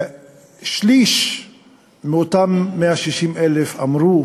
שני-שלישים מאותם 160,000 אמרו